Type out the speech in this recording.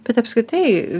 bet apskritai